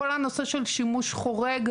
כל הנושא של שימוש חורג,